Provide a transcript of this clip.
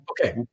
Okay